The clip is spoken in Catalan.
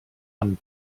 amb